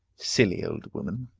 silly old woman!